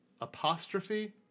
apostrophe